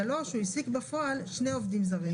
(3) הוא העסיק בפועל שני עובדים זרים